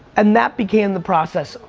and that became the process,